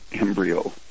embryo